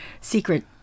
secret